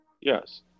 Yes